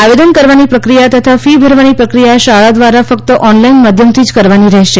આવેદન કરવાની પ્રક્રિયા તથા ફી ભરવાની પ્રક્રિયા શાળા દ્રારા ફક્ત ઓનલાઇન માધ્યમથી જ કરવાની રહેશે